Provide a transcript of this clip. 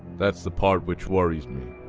that's the part which worries me.